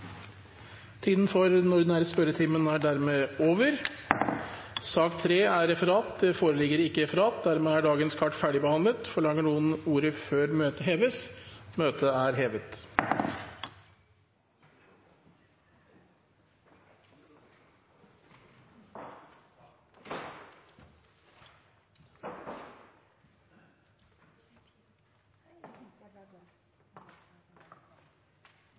er dermed over. Det foreligger ikke noe referat. Dermed er sakene på dagens kart ferdigbehandlet. Forlanger noen ord før møtet heves? – Møtet er hevet.